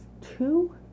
two